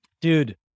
Dude